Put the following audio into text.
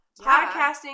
Podcasting